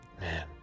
Man